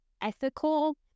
ethical